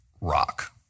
rock